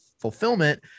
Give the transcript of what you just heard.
fulfillment